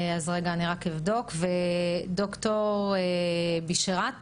ד"ר בשאראת